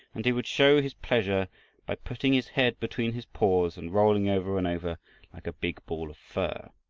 and he would show his pleasure by putting his head between his paws and rolling over and over like a big ball of fur.